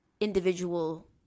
individual